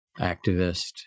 activist